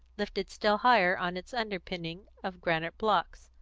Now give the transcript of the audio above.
lifted still higher on its underpinning of granite blocks.